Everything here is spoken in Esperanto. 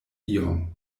iom